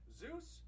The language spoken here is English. zeus